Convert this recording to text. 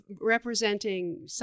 representing